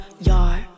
yard